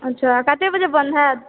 अच्छा साते अजे बंद हैत